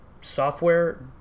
software